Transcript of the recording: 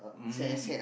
mm